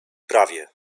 prawie